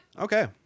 okay